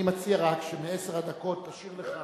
אני מציע רק שמעשר הדקות תשאיר לך